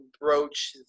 broach